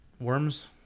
Worms